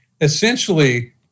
essentially